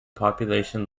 population